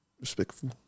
Respectful